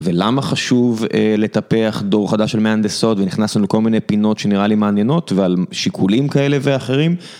ולמה חשוב לטפח דור חדש של מהנדסות ונכנסנו לכל מיני פינות שנראה לי מעניינות ועל שיקולים כאלה ואחרים?